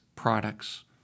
products